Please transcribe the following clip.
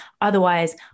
Otherwise